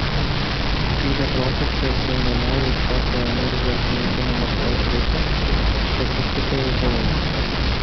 kai beprotiška griaunamoji piotro energija sunaikino maskvos rusią statistika jau buvo